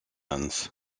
islands